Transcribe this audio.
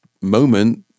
moment